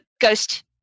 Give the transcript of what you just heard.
ghost